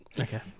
Okay